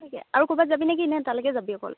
আৰু ক'ৰবাত যাবি নে কি নে তালৈকে যাবি অকল